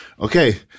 Okay